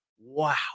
wow